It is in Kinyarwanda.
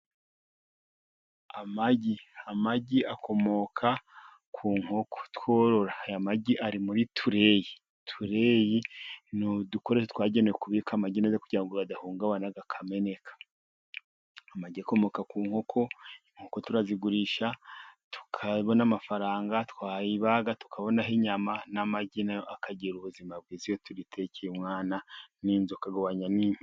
Amagi, amagi akomoka ku nkoko tworora. Aya magi ari muri tureyi, tureyi ni udukoresho twagenewe kubika amagi neza kugira ngo adahungabana akameneka. Amagi akomoka ku nkoko, inkoko turazigurisha tukabona amafaranga twayibaga tukabonaho inyama n'amagi nayo akagira ubuzima bwiza iyo turitekeye umwana n'inzoka akagabanya n'impishwi.